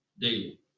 daily